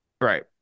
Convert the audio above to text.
right